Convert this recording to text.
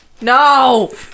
No